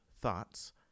thoughts